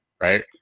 right